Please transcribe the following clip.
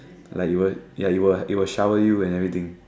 like it will like it will it will shower you and everything